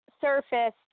surfaced